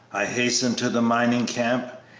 i hastened to the mining camp.